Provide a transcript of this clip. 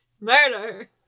murder